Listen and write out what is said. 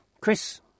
Chris